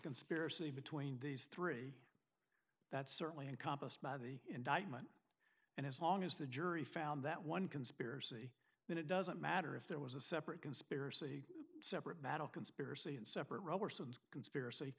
conspiracy between these three that certainly encompassed by the indictment and as long as the jury found that one conspiracy then it doesn't matter if there was a separate conspiracy separate battle conspiracy and separate conspiracy